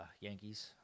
Yankees